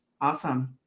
Awesome